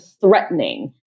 threatening